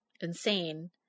insane